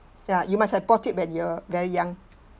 ya you must have bought it when you're very young